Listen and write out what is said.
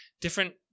different